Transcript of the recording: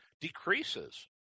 decreases